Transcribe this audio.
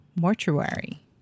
mortuary